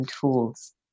tools